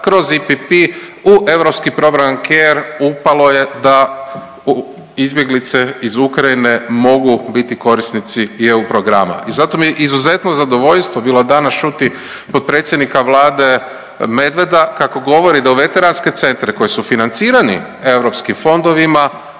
kroz IPP u europski program CARE upalo je da izbjeglice iz Ukrajine mogu biti korisnici i eu programa. I zato mi je izuzetno zadovoljstvo bilo danas čuti potpredsjednika Vlade Medveda kako govori da u veteranske centre koji su financirani europskim fondovima